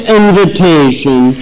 invitation